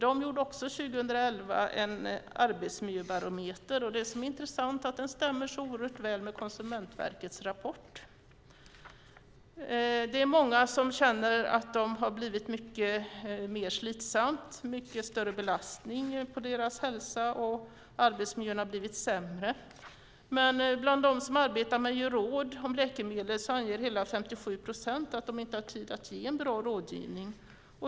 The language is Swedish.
Förbundet tog 2011 också fram en arbetsmiljöbarometer. Det intressanta är att den stämmer så oerhört väl med Konsumentverkets rapport. Det är många som känner att de har fått det mer slitsamt, att belastningen på deras hälsa har blivit större, att arbetsmiljön har blivit sämre. Bland dem som arbetar med att ge råd om läkemedel anger hela 57 procent att de inte har tid att ge en bra rådgivning.